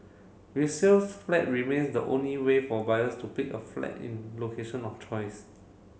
resales flat remains the only way for buyers to pick a flat in location of choice